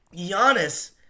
Giannis